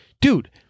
dude